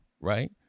right